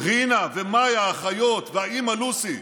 רינה ומאיה האחיות והאימא לוסי,